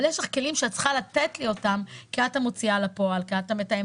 אבל יש לך כלים שאת צריכה לתת לי כי את המוציאה לפועל והמתאמת.